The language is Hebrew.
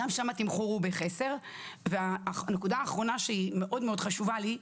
גם שם התמחור הוא בחסר והנקודה האחרונה שהיא מאוד מאוד חשובה לי.